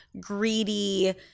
greedy